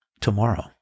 tomorrow